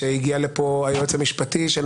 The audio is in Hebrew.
אנחנו כבר בוויכוח הרבה אחרי זמן הפציעות של ארבע